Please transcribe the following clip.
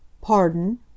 Pardon